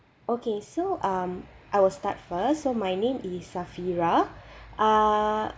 okay so um I will start first so my name is safira uh